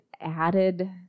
added